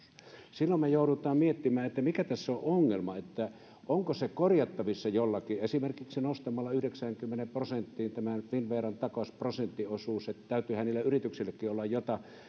silloin me joudumme miettimään mikä tässä on ongelma ja onko se korjattavissa jollakin esimerkiksi nostamalla yhdeksäänkymmeneen prosenttiin tämä finnveran takausprosenttiosuus täytyyhän niille yrityksillekin olla